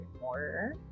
more